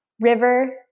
River